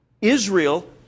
Israel